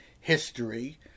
history